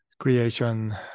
creation